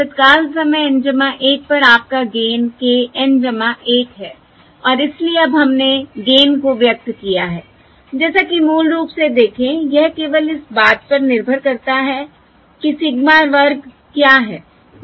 यह तत्काल समय N 1 पर आपका गेन k N 1 है और इसलिए अब हमने गेन को व्यक्त किया है जैसा कि मूल रूप से देखें यह केवल इस बात पर निर्भर करता है कि सिग्मा वर्ग क्या है